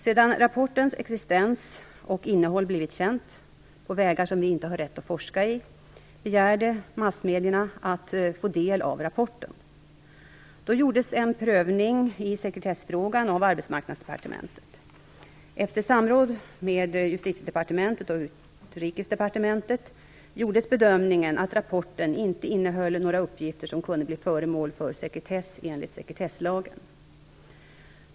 Sedan rapportens existens och innehåll blivit kända, på vägar som vi inte har rätt att forska i, begärde massmedierna att få ta del av rapporten. Då gjordes en prövning i sekretessfrågan av Arbetsmarknadsdepartementet. Efter samråd med Justitiedepartementet och Utrikesdepartementet gjordes bedömningen att rapporten inte innehöll några uppgifter som kunde bli föremål för sekretess enligt sekretesslagen.